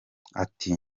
ati